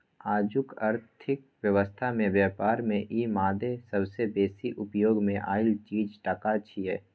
आजुक अर्थक व्यवस्था में ब्यापार में ई मादे सबसे बेसी उपयोग मे आएल चीज टका छिये